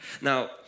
Now